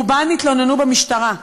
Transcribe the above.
רובן התלוננו במשטרה,